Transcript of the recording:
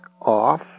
off